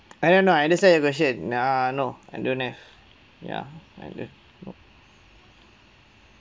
I know know I understand your question err no I don't have ya and uh no